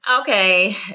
Okay